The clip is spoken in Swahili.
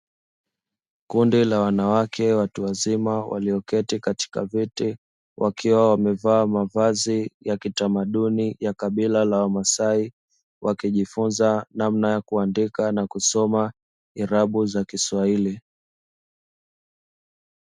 Kindi la wanawake watu wazima walioketi katika viti wakiwa wamevaa mavazi ya kitamaduni ya kabila la wamasaai, wakijifunza namna ya kuandika na kusoma irabu za kiswahili.